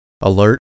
alert